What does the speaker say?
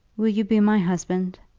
will you be my husband?